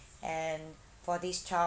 and for this child